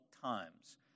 times